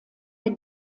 der